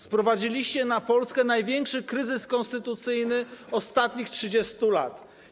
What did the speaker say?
Sprowadziliście na Polskę największy kryzys konstytucyjny ostatnich 30 lat.